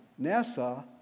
NASA